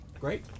Great